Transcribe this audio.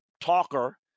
talker